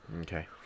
Okay